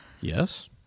Yes